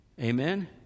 Amen